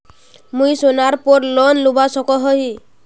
मुई सोनार पोर लोन लुबा सकोहो ही?